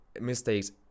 mistakes